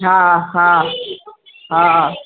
हा हा हा